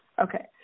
Okay